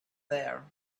there